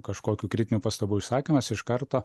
kažkokių kritinių pastabų išsakymas iš karto